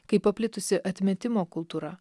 kai paplitusi atmetimo kultūra